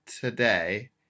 today